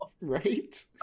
Right